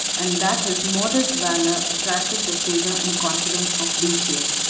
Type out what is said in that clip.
and that his modest valor attracted the favor and confidence of decius.